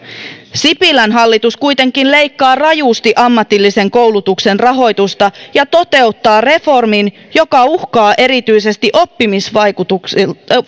sipilän hallitus kuitenkin leikkaa rajusti ammatillisen koulutuksen rahoitusta ja toteuttaa reformin joka uhkaa erityisesti oppimisvalmiuksiltaan